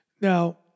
Now